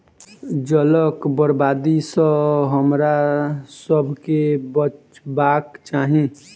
जलक बर्बादी सॅ हमरासभ के बचबाक चाही